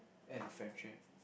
end the friendship